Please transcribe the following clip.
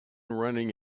running